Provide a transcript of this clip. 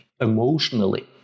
emotionally